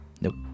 Nope